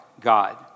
God